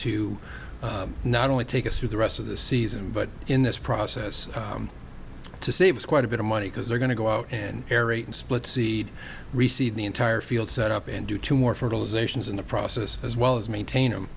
to not only take us through the rest of the season but in this process to save quite a bit of money because they're going to go out and beret and split seed receive the entire field set up and do two more fertilization is in the process as well as maintain them